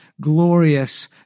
Glorious